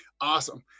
Awesome